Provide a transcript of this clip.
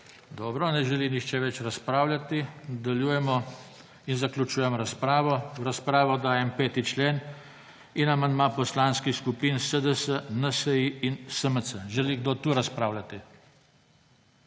Dobro, ne želi nihče več razpravljati. Nadaljujemo in zaključujem razpravo. V razpravo dajem 5. člen in amandma Poslanskih skupin SDS, NSi in SMC. Želi kdo tukaj razpravljati?